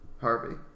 Harvey